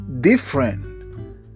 different